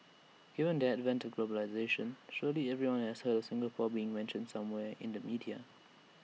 given the advent of globalisation surely everyone has heard of Singapore being mentioned somewhere in the media